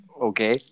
Okay